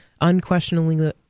unquestioningly